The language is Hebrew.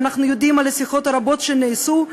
ואנחנו יודעים על השיחות הרבות שנעשו.